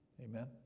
Amen